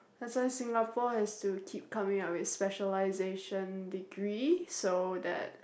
that's why Singapore has to keep coming up with specialisation degree so that